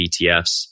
ETFs